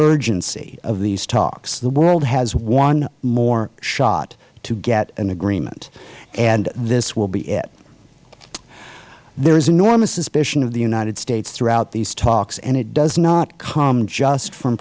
urgency of these talks the world has one more shot to get an agreement and this will be it there is enormous suspicion of the united states throughout these talks and it does not come just from